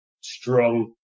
strong